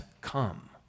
come